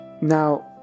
Now